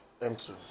m2